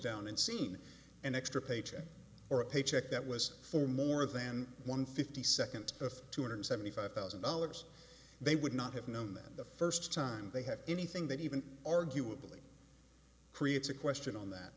down and seen an extra paycheck or a paycheck that was for more than one fifty second of two hundred seventy five thousand dollars they would not have known that the first time they have anything that even arguably creates a question on that